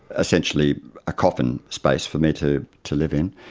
essentially a coffin space for me to to live in.